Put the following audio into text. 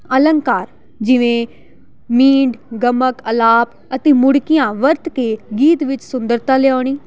ਅਲੰਕਾਰ ਜਿਵੇਂ ਮੀਂਡ ਗਮਕ ਅਲਾਪ ਅਤੇ ਮੁੜਕੀਆਂ ਵਰਤ ਕੇ ਗੀਤ ਵਿੱਚ ਸੁੰਦਰਤਾ ਲਿਆਉਣੀ